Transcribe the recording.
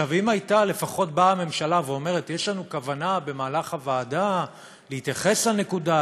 אם הייתה באה הממשלה ולפחות אומרת: יש לנו כוונה בוועדה להתייחס לנקודה,